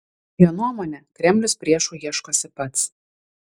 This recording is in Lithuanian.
jo nuomone kremlius priešų ieškosi pats